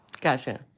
Gotcha